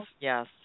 yes